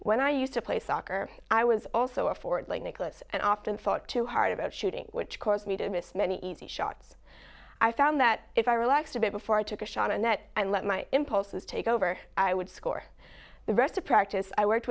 when i used to play soccer i was also a for nicklaus and often thought too hard about shooting which caused me to miss many easy shots i found that if i relaxed a bit before i took a shot and that i let my impulses take over i would score the rest of practice i worked